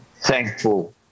thankful